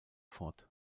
fort